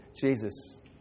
Jesus